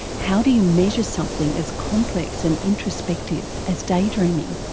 how do you measure something as complex and introspective as daydreaming?